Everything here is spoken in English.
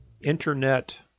internet